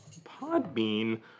Podbean